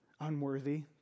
unworthy